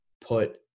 put